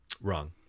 Wrong